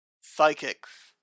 psychics